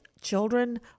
children